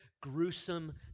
gruesome